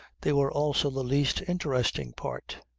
they were also the least interesting part.